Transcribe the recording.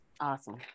Awesome